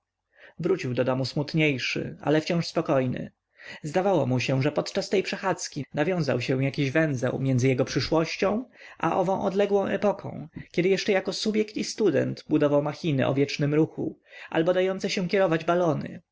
wrócił do domu smutniejszy ale wciąż spokojny zdawało mu się że podczas tej przechadzki nawiązał się jakiś węzeł między jego przyszłością a ową odległą epoką kiedy jeszcze jako subjekt i student budował machiny o wiecznym ruchu albo dające się kierować balony